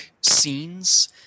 scenes